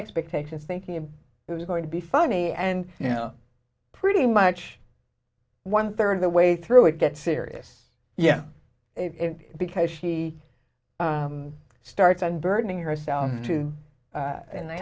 expectations thinking it was going to be funny and you know pretty much one third of the way through it gets serious yeah it because she starts on burdening herself too and